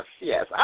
yes